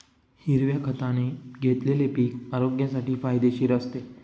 हिरव्या खताने घेतलेले पीक आरोग्यासाठी फायदेशीर असते